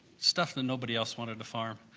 stuff that nobody else wanted to farm.